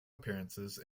appearances